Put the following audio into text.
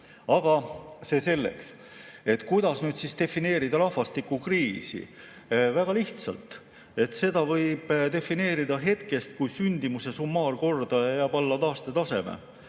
Aga see selleks. Kuidas siis defineerida rahvastikukriisi? Väga lihtsalt. Seda võib defineerida hetkest, kui sündimuse summaarkordaja jääb alla taastetaseme.